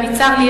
וצר לי,